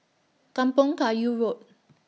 Kampong Kayu Road